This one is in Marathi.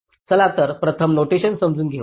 चला तर प्रथम नोटेशन समजून घेऊ